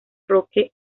roque